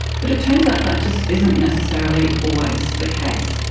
but it turns out that just isn't necessarily always the case.